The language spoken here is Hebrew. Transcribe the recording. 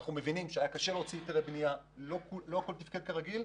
ואנחנו מבינים שהיה קשה להוציא היתרי בנייה ולא הכול תפקד כרגיל.